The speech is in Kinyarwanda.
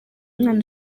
mwana